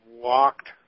walked